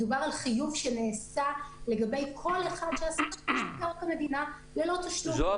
מדובר על חיוב שנעשה לגבי כל אחד שעשה שימוש בקרקע מדינה ללא תשלום.